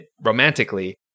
romantically